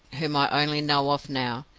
whom i only know of now,